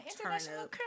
international